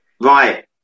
Right